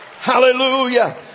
Hallelujah